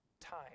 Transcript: time